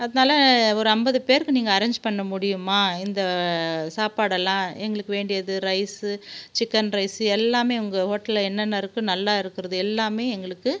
அதனால ஒரு ஐம்பது பேருக்கு நீங்கள் அரேஞ்ச் பண்ண முடியுமா இந்த சாப்பாடெல்லாம் எங்களுக்கு வேண்டியது ரைஸு சிக்கன் ரைஸு எல்லாமே உங்கள் ஹோட்டலில் என்னென்ன இருக்குது நல்லா இருக்கிறது எல்லாமே எங்களுக்கு